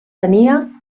tenia